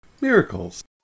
Miracles